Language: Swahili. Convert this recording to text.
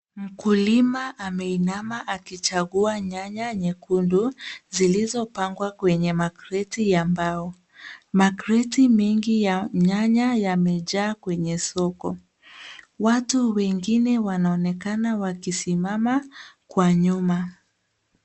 Mkulima ameinama akichagua nyanya nyekundu zilizopangwa kwenye makreti ya mbao. Makreti mingi ya nyanya yamejaa kwenye soko. Watu wengine wanaonekana wakisimama kwa nyuma.